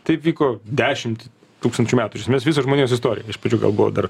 taip vyko dešimtį tūkstančių metų iš esmės visą žmonijos istoriją iš pradžių gal buvo dar